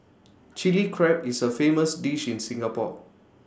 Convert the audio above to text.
Chilli Crab is A famous dish in Singapore